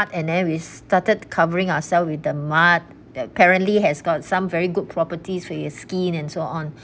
and then we started covering ourselves with the mud that apparently has got some very good properties for your skin and so on